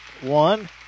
one